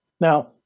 Now